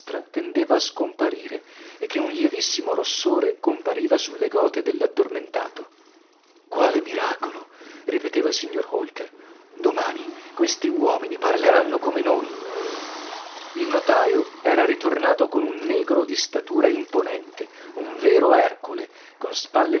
tendeva a scomparire e che un lievissimo rossore compariva sulle gote dell'addormentato quale miracolo ripeteva il signor holker domani questi uomini parleranno come noi il notaio era ritornato con un negro di statura imponente un vero ercole con spalle